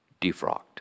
defrocked